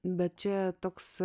bet čia toks